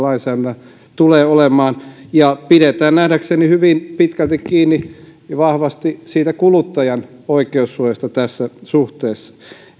tällä lainsäädännöllä tulee olemaan ja pidetään nähdäkseni hyvin pitkälti ja vahvasti kiinni kuluttajan oikeussuojasta tässä suhteessa